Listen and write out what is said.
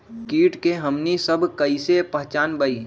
किट के हमनी सब कईसे पहचान बई?